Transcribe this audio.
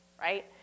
right